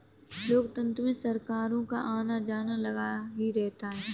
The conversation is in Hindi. लोकतंत्र में सरकारों का आना जाना लगा ही रहता है